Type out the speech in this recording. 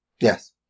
Yes